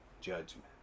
judgment